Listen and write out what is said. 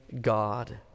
God